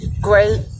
great